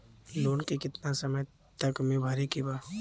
Loan के कितना समय तक मे भरे के बा?